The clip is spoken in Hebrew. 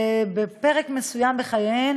בפרק מסוים בחייהן,